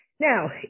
Now